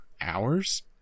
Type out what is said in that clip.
hours